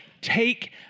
take